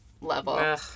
level